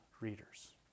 readers